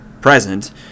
present